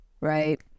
right